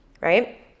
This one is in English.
right